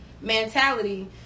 mentality